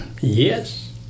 Yes